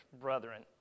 brethren